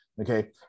Okay